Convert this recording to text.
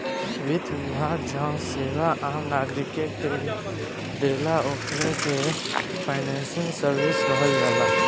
वित्त विभाग जवन सेवा आम नागरिक के देला ओकरा के फाइनेंशियल सर्विस कहल जाला